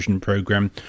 program